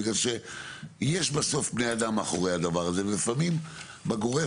בגלל שיש בסוף בני אדם מאחורי הדבר הזה ולפעמים בגורף